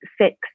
six